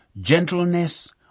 gentleness